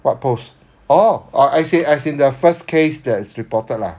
what post orh orh as in as in the first case that is reported lah